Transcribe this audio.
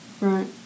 right